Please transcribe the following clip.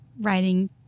writing